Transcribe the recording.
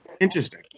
interesting